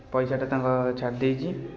ପଇସାଟା ତାଙ୍କ ଛାଡ଼ି ଦେଇଛି